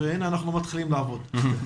הינה, אנחנו מתחילים לעבוד.